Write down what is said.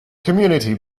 community